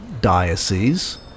diocese